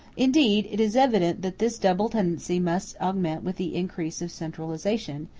indeed, it is evident that this double tendency must augment with the increase of centralization,